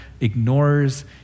ignores